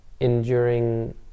enduring